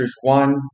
one